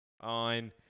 On